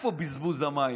איפה בזבוז המים?